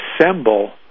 assemble